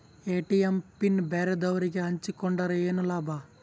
ATM PIN ಬ್ಯಾರೆದವರಗೆ ಹಂಚಿಕೊಂಡರೆ ಏನು ಲಾಭ?